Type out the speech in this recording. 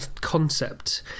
concept